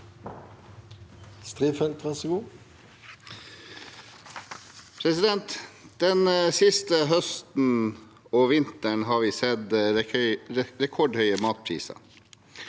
Den siste høs- ten og vinteren har vi sett rekordhøye matpriser.